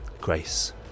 Grace